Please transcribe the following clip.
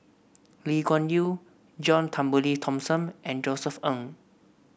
Lee Kuan Yew John Turnbull Thomson and Josef Ng